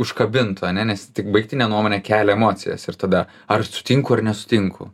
užkabint ne nes tik baigtinė nuomone kelia emocijas ir tada ar sutinku ar nesutinku